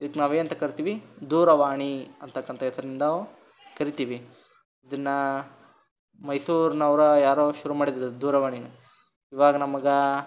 ಇದ್ಕೆ ನಾವು ಏನಂತ ಕರಿತೀವಿ ದೂರವಾಣಿ ಅಂತಕ್ಕಂಥ ಹೆಸರಿನಿಂದನಾವು ಕರಿತೀವಿ ಇದನ್ನು ಮೈಸೂರಿನವ್ರು ಯಾರೋ ಶುರು ಮಾಡಿದ್ದು ಇದನ್ನು ದೂರವಾಣಿನಾ ಇವಾಗ ನಮ್ಗೆ